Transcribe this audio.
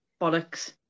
Bollocks